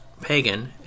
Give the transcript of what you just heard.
pagan